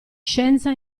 scienza